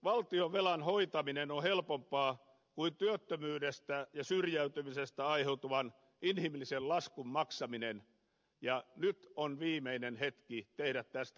valtionvelan hoitaminen on helpompaa kuin työttömyydestä ja syrjäytymisestä aiheutuvan inhimillisen laskun maksaminen ja nyt on viimeinen hetki tehdä tästä johtopäätöksiä